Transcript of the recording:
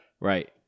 Right